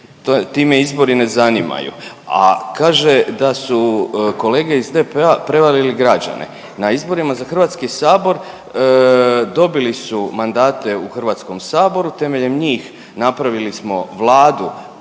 ti me izbori ne zanimaju, a kaže da su kolege iz DP-a prevarili građane. Na izborima za HS dobili su mandate u HS, temeljem njih napravili smo Vladu